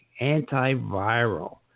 antiviral